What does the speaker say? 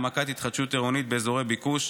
בעניין העמקת התחדשות עירונית באזורי ביקוש,